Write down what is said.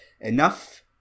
enough